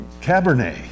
Cabernet